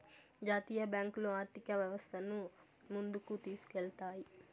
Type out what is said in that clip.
జాతీయ బ్యాంకులు ఆర్థిక వ్యవస్థను ముందుకు తీసుకెళ్తాయి